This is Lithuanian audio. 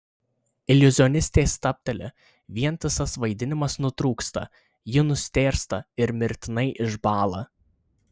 iliuzionistė stabteli vientisas vaidinimas nutrūksta ji nustėrsta ir mirtinai išbąla